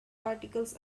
articles